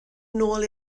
nôl